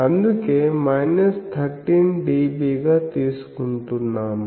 అందుకే 13dB గా తీసుకుంటున్నాము